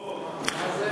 אנחנו לא פה?